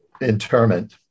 interment